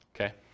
okay